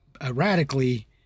erratically